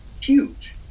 huge